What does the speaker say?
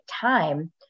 time